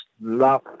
love